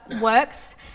works